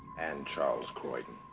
and charles croydon